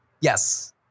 Yes